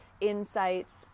insights